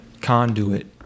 conduit